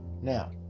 now